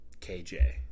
KJ